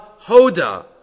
Hoda